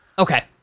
Okay